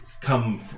come